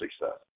success